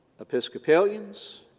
Episcopalians